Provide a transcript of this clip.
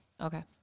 Okay